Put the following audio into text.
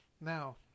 now